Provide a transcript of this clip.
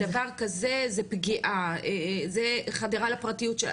דבר כזה זה פגיעה, זה חדירה לפרטיות שלהן.